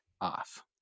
off